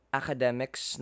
academics